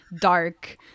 dark